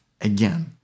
again